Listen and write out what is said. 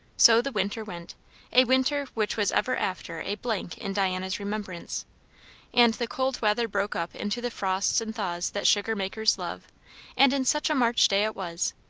so the winter went a winter which was ever after a blank in diana's remembrance and the cold weather broke up into the frosts and thaws that sugar-makers love and in such a march day it was,